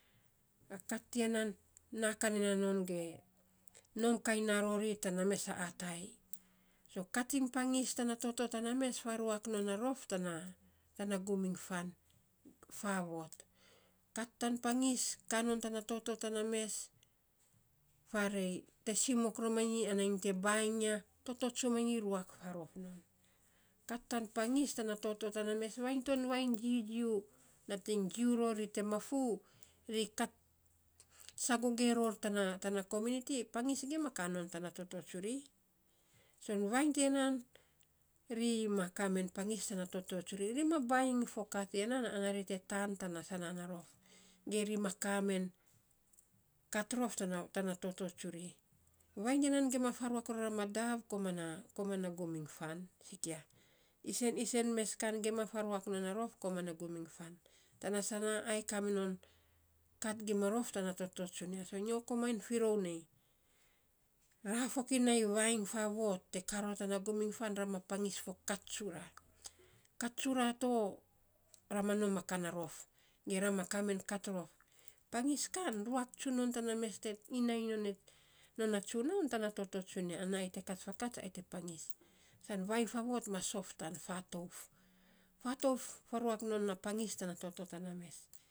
A kat tiya nan naa kan en na non ge nom kainy na rori tana mesa atai, so kat iny pangis tanan toto tana mes nating faruak non a rof, tana tana gum iny fan faavot. Kat tan pangis tana toto tana mes faarei, simok romainyi, ana nyi te bainy iny ya, toto tsumanyi ruak faarof non. Kat tan pangis tana toto tana mes, vainy ton vainy jijiu, nating jiu ror ri te mafuu, ri kat sagoge ror tana tana kominiti, pangis gima kaa non tana toto tsuri. So vainy tiya nan, ri ma kaa men pangis tana toto tsuri, ri ma vavainy fo kaa ti nan, ana ri te tan tana sanaa na rof ge ri ma kaa men ma ka men pangis tana toto tsuri, ri ma bainy foka tiya nan ana ri te taan tana sanaan na rof, ge ri ma kaa men kat rof tana tana toto tsuri. Vainy tiya nan gima faruak ror a madav koman na koman na gum iny fan sikia isen, isen mes kan gima faruak non a rof koman na gum, iny fan, tana sana ai kaminon kat gima rof tana toto tsunia. So nyo koman fi rou nei ra fokinai vainy faavot koman te fa ror tana gum iny fan na pangis fo kat tsura. Kat tsura to ra ma nom a ka na rof, ge ra ma kaa men kat rof. Pangis kan ruak tsun non tana mes te iinainy non a tsunaun tana toto tsunia, ana ai te kat fakats ana ai te pangis. San vainy faavot mas sof tan fatouf. Fatouf faruak non a rof tana toto tana mes.